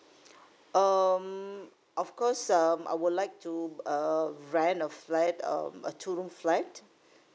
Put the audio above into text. um of course um I would like to err rent a flat um a two room flat